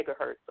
megahertz